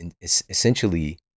essentially